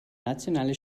nationale